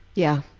yeah.